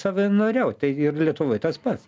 savanoriaut tai ir lietuvoj tas pats